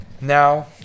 Now